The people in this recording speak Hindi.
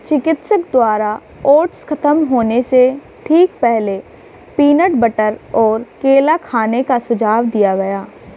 चिकित्सक द्वारा ओट्स खत्म होने से ठीक पहले, पीनट बटर और केला खाने का सुझाव दिया गया